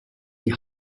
die